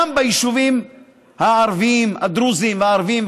גם ביישובים הדרוזיים והערביים,